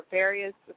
various